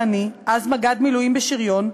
אז מג"ד מילואים בשריון,